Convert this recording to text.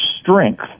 strength